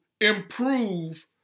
improve